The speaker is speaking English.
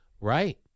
Right